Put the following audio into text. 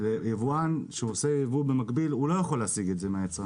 ויבואן שעושה ייבוא במקביל לא יכול להשיג את זה מהיצרן.